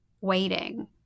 waiting